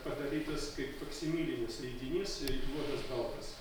padarytas kaip faksimilinis leidinys juodas baltas